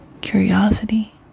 curiosity